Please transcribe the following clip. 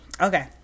Okay